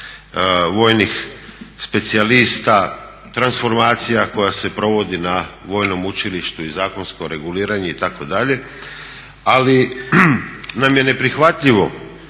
vojnih specijalista, transformacija koja se provodi na Vojnom učilištu i zakonsko reguliranje itd., ali nam je neprihvatljivo